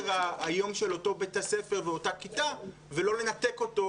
היום של אותו בית הספר ואותה כיתה ולא לנתק אותו,